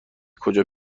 کجا